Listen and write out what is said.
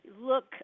Look